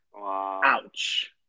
Ouch